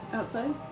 Outside